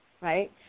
right